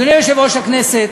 אדוני יושב-ראש הכנסת,